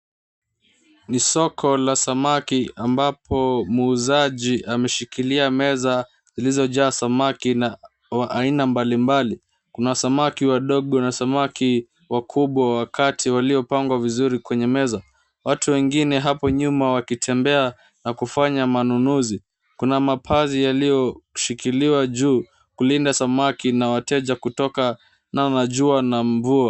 Ni soko la samaki, ambapo muuzaji ameshikilia meza zilizojaa samaki wa aina mbalimbali. Kuna samaki wadogo na samaki wakubwa wakati waliopangwa vizuri kwenye meza. Watu wengine hapo nyuma wakitembea na kufanya manunuzi. Kuna mapazi yaliyoshikiliwa juu, kulinda samaki na wateja, kutoka na jua na mvua.